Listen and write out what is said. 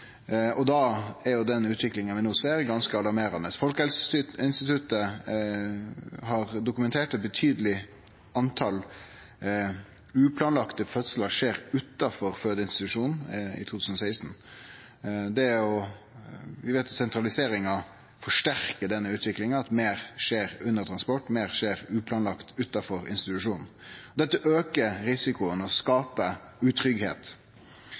og da er jo den utviklinga vi no ser, ganske alarmerande. Folkehelseinstituttet har dokumentert at eit betydeleg tal uplanlagde fødslar skjedde utanfor fødeinstitusjon i 2016. Vi veit at sentraliseringa forsterkar denne utviklinga, at meir skjer under transport, meir skjer uplanlagd, utanfor institusjon. Dette aukar risikoen og